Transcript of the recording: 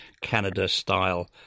Canada-style